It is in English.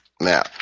now